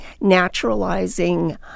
naturalizing